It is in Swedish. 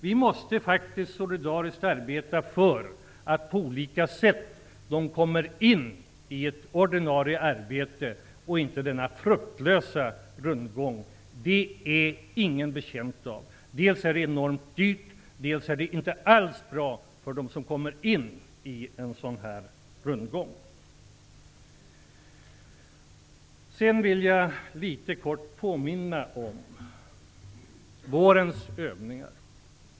Vi måste faktiskt solidariskt arbeta för att på olika sätt se till att dessa människor kommer in i ett ordinarie arbete i stället för att vara utsatta för denna fruktlösa rundgång. Det är ingen betjänt av. Dels är det enormt dyrt, dels är det inte alls bra för dem som kommer in i en sådan rundgång. Jag vill sedan litet kort påminna om vårens övningar.